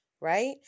right